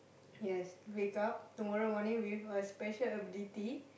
yes wake up tomorrow morning with a special ability